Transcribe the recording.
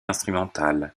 instrumentale